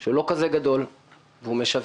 שהוא לא כל כך גדול והוא משווק